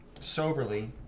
soberly